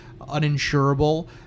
uninsurable